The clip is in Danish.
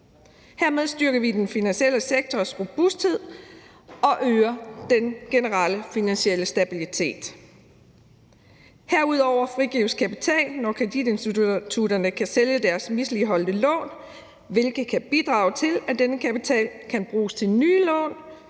Hermed styrker vi den finansielle sektors robusthed og øger den generelle finansielle stabilitet. Herudover frigives kapital, når kreditinstitutterne kan sælge deres misligholdte lån, hvilket kan bidrage til, at denne kapital kan bruges til nye lån,